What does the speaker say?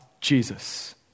Jesus